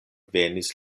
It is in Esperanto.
venis